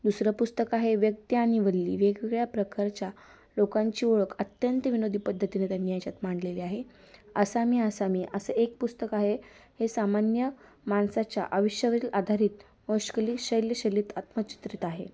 दुसरं पुस्तक आहे व्यक्ती आणि वल्ली वेगवेगळ्या प्रकारच्या लोकांची ओळख अत्यंत विनोदी पद्धतीने त्यांनी याच्यात मांडलेली आहे असा मी असा मी असं एक पुस्तक आहे हे सामान्य माणसाच्या आयुष्यावरील आधारित मिश्कली शैल्यशैलीत आत्मचित्रित आहे